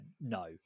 no